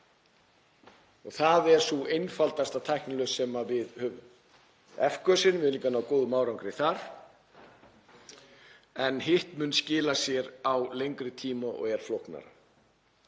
Það er sú einfaldasta tæknilausn sem við höfum. F-gösin, við höfum líka náð góðum árangri þar en hitt mun skila sér á lengri tíma og er flóknara.